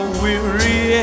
weary